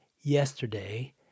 yesterday